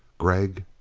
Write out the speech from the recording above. gregg.